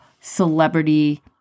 celebrity